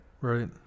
Right